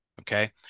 okay